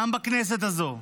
גם בכנסת הזאת,